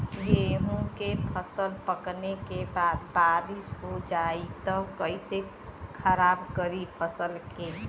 गेहूँ के फसल पकने के बाद बारिश हो जाई त कइसे खराब करी फसल के?